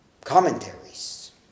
commentaries